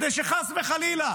כדי שחס וחלילה